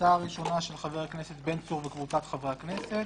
ההצעה הראשונה של חבר הכנסת בן-צור וקבוצת חברי הכנסת